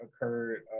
occurred